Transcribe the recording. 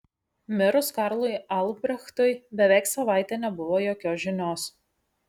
mirus karlui albrechtui beveik savaitę nebuvo jokios žinios